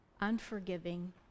unforgiving